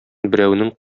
берәүнең